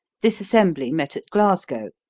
this assembly met at glasgow.